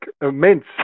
immense